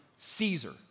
Caesar